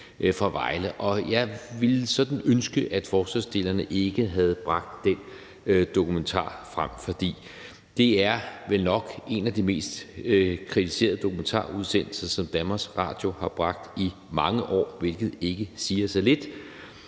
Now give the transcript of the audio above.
Jeg ville sådan ønske, at forslagsstillerne ikke havde bragt den dokumentar frem, for det er vel nok en af de mest kritiserede dokumentarudsendelser, som DR har bragt i mange år, hvilket ikke siger så lidt.